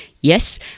yes